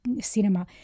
cinema